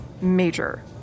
Major